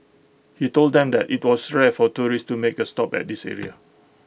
he told them that IT was rare for tourists to make A stop at this area